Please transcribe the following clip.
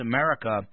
America